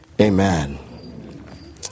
Amen